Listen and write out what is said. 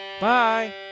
Bye